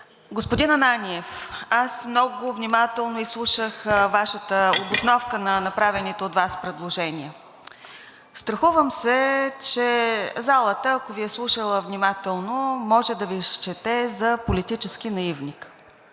Господин Ананиев, аз много внимателно изслушах Вашата обосновка на направените от Вас предложения. Страхувам се, че залата, ако Ви е слушала внимателно, може да Ви счете за политически наивник